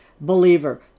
believer